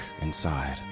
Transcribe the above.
inside